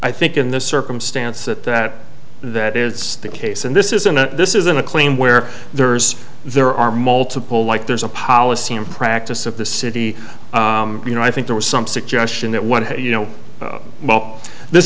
i think in this circumstance that that that is the case and this isn't a this isn't a claim where there's there are multiple like there's a policy in practice of the city you know i think there was some suggestion that one of the you know well this